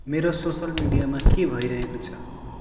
मेरो सोसियल मिडियामा के भइरहेको छ